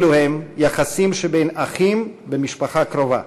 אלו הם יחסים שבין אחים במשפחה קרובה.